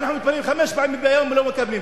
אנחנו מתפללים חמש פעמים ביום ולא מקבלים,